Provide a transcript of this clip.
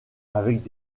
avec